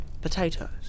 Potatoes